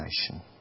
nation